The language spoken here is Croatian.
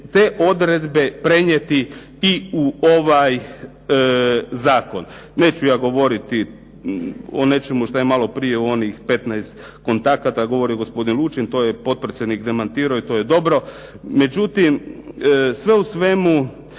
te odredbe prenijeti i u ovaj zakon. Neću ja govoriti o nečemu što je malo prije onih 15 kontakata govorio gospodin Lučin. To je potpredsjednik demantirao i to je dobro. Međutim, sve u svemu